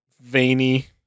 veiny